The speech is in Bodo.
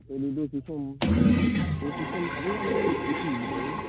ओलै दसे सम दसे सम थाद'नानै मिथिनो लुबैखायो